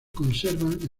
conservan